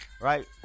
right